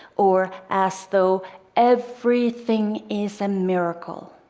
or as though everything is a miracle.